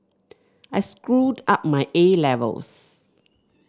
I screwed up my A Levels